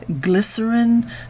glycerin